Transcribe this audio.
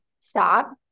stop